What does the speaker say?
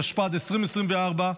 התשפ"ד 2024,